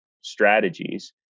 strategies